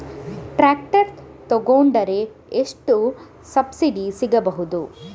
Tractor ತೊಕೊಂಡರೆ ಎಷ್ಟು subsidy ಸಿಗಬಹುದು?